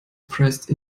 pressed